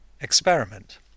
experiment